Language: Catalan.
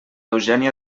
eugènia